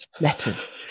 letters